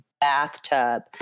bathtub